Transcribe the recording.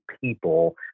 people